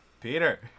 Peter